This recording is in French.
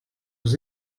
aux